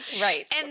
Right